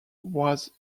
was